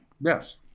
yes